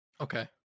Okay